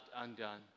undone